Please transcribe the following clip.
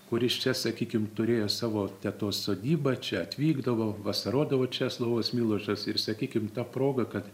kuris čia sakykim turėjo savo tetos sodybą čia atvykdavo vasarodavo česlovas milošas ir sakykim ta proga kad